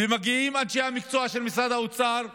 ומגיעים אנשי המקצוע של משרד האוצר ואומרים: